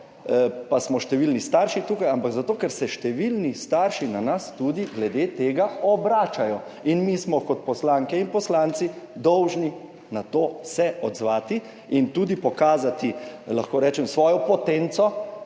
pa smo številni starši tukaj, ampak zato, ker se številni starši na nas tudi obračajo glede tega. Mi smo se kot poslanke in poslanci dolžni na to odzvati in tudi pokazati, lahko rečem, svojo potenco,